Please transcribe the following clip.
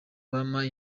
bampa